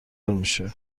میشه